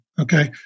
okay